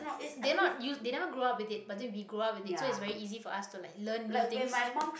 they not u~ they never grow up with it but then we grow up with it so it's very easy for us to like learn new things